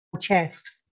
chest